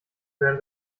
hören